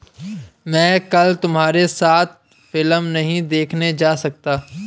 मैं कल तुम्हारे साथ फिल्म नहीं देखने जा सकता